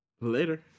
Later